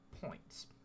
points